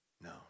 No